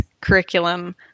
curriculum